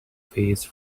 face